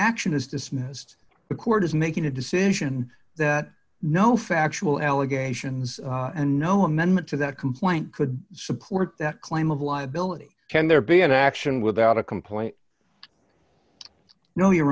action is dismissed the court is making a decision that no factual allegations and no amendment to that complaint could support that claim of liability can there be an action without a complaint no you